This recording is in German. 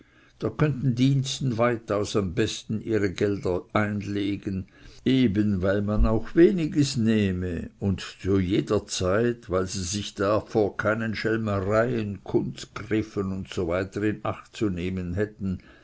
da könnten diensten weitaus am besten ihre gelder einlegen eben weil man auch weniges nehme und zu jeder zeit weil sie sich da vor keinen schelmereien kunstgriffen usw in acht zu nehmen hätten